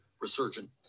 Resurgent